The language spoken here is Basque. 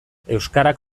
euskarak